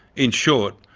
in short,